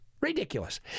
Ridiculous